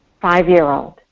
five-year-old